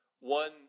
One